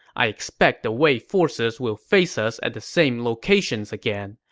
i expect the wei forces will face us at the same locations again.